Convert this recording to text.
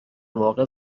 واقع